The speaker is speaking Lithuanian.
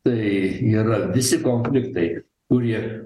tai yra visi konfliktai kurie